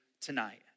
tonight